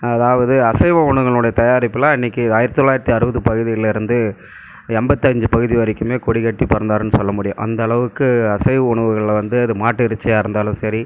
அதாவது அசைவ உணவுகளோடய தயாரிப்பெலாம் இன்னிக்கு ஆயிரத்தி தொளாயிரத்தி அறுபது பகுதிகள்லிருந்து எம்பத்தஞ்சு பகுதி வரைக்குமே கொடி கட்டி பறந்தார்ன்னு சொல்ல முடியும் அந்தளவுக்கு அசைவ உணவுகளில் வந்து அது மாட்டு இறைச்சியாக இருந்தாலும் சரி